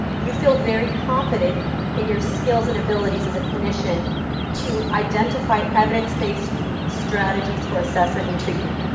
you feel very confident in your skills and abilities as a clinician to identify evidence based strategies for assessment and treatment.